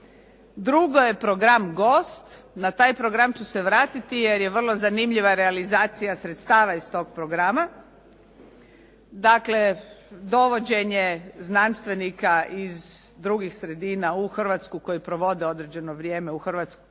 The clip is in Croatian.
Drugo je program "Gost". Na taj program ću se vratiti jer je vrlo zanimljiva realizacija sredstava iz tog programa. Dakle, dovođenje znanstvenika iz drugih sredina u Hrvatsku koji provode određeno vrijeme u Hrvatskoj